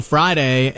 Friday